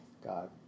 God